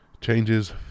Changes